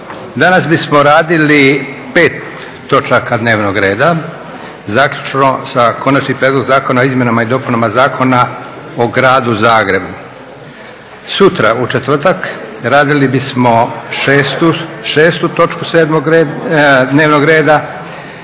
danas bismo radili 5 točaka dnevnog reda zaključno sa Konačni Prijedlog zakona o izmjenama i dopunama Zakona o gradu Zagrebu. Sutra, u četvrtak radili bismo 6. točku dnevnog reda,